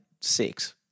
six